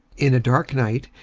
in a dark night,